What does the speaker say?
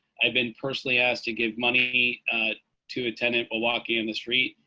i've been personally asked to give money to a tenant a walk in the street.